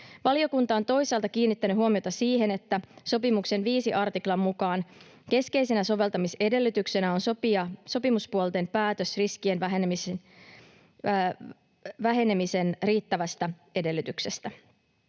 Valiokunta on toisaalta kiinnittänyt huomiota siihen, että sopimuksen 5 artiklan mukaan keskeisenä soveltamisedellytyksenä on sopimuspuolten päätös riskien vähenemisen riittävästä edistyksestä.